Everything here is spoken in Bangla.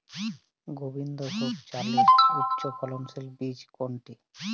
গোবিন্দভোগ চালের উচ্চফলনশীল বীজ কোনটি?